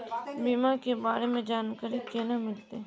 बीमा के बारे में जानकारी केना मिलते?